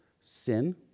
sin